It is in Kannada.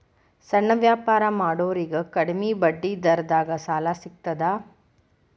ಸಣ್ಣ ವ್ಯಾಪಾರ ಮಾಡೋರಿಗೆ ಕಡಿಮಿ ಬಡ್ಡಿ ದರದಾಗ್ ಸಾಲಾ ಸಿಗ್ತದಾ?